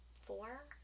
four